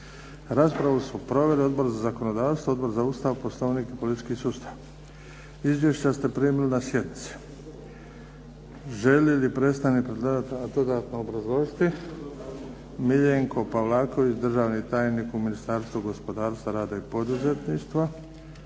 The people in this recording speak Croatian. Raspravu su proveli Odbor za zakonodavstvo, Odbor za Ustav, Poslovnik i politički sustav. Izvješća ste primili na sjednici. Želi li predstavnik predlagatelja dodatno obrazložiti? Miljenko Pavlaković, državni tajnik u Ministarstvu gospodarstva, rada i poduzetništva.